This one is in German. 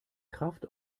kraft